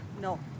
no